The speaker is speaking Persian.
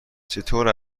چطور